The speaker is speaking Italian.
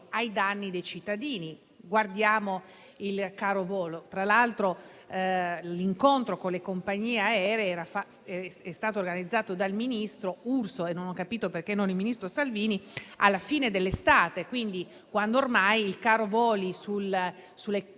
ai danni dei cittadini; guardiamo il caro volo. Tra l'altro, l'incontro con le compagnie aeree è stato organizzato dal ministro Urso - non ho capito perché non dal ministro Salvini - alla fine dell'estate, quando cioè ormai il caro voli sulle